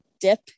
dip